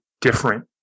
different